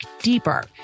deeper